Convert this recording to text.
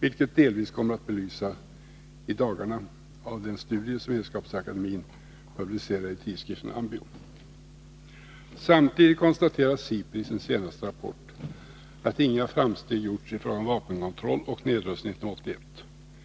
vilket delvis kommer att belysas i dagarna av den studie som Vetenskapsakademien publicerar i tidskriften AMBIO. Samtidigt konstaterar SIPRI i sin senaste rapport att inga framsteg gjorts i fråga om vapenkontroll och nedrustning 1981.